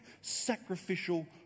sacrificial